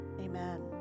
amen